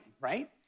right